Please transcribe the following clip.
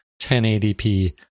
1080p